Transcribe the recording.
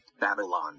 Babylon